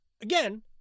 again